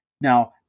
Now